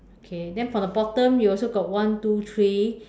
okay then from the bottom you also got one two three